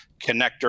connector